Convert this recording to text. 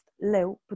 leu